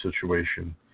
situation